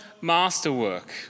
masterwork